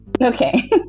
Okay